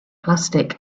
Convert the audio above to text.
plastic